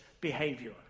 behavior